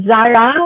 Zara